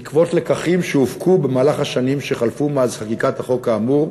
בעקבות לקחים שהופקו במהלך השנים שחלפו מאז חקיקת החוק האמור,